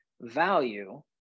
value